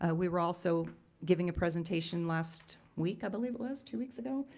ah we were also giving a presentation last week i believe it was, two weeks ago,